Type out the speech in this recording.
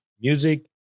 music